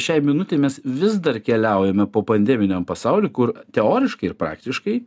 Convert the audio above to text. šiai minutei mes vis dar keliaujame po pandeminio pasaulį kur teoriškai ir praktiškai